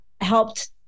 helped